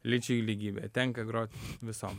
lyčių lygybė tenka grot visom